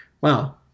wow